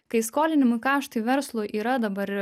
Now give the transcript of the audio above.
kai skolinimo kaštai verslui yra dabar